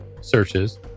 searches